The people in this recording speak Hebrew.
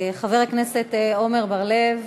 חבר הכנסת עמר בר-לב,